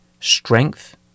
strength